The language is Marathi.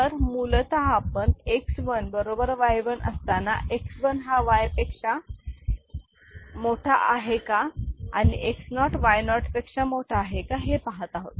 तर मूलतः आपण X 1 बरोबर Y 1 असताना X 1 हा Y पेक्षा मोठा आहे का आणि X 0 हा Y0 पेक्षा मोठा आहे का हे पाहत आहोत